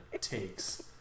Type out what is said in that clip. takes